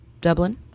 Dublin